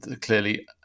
clearly